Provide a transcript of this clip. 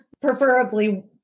Preferably